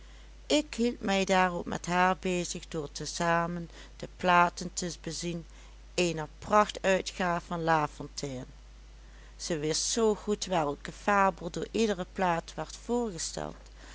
ik hield mij daarop met haar bezig door te zamen de platen te bezien eener prachtuitgaaf van lafontaine zij wist zoo goed welke fabel door iedere plaat werd voorgesteld